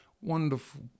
wonderful